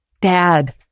Dad